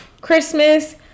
christmas